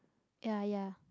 ya ya